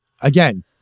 again